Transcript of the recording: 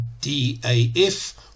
DAF